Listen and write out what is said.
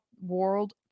world